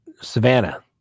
Savannah